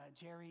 Jerry